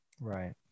Right